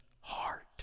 heart